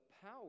power